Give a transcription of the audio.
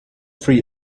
free